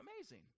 Amazing